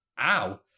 ow